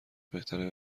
بهتره